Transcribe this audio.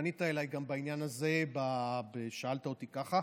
פנית אליי גם בעניין הזה, שאלת אותי ככה.